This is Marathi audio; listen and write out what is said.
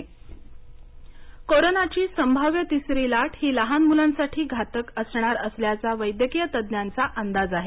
कोरोना तिसरी लाट कोरोनाची संभाव्य तिसरी लाट ही लहान मुलांसाठी घातक असणार असल्याचा वैद्यकीय तज्ज्ञांचा अंदाज आहे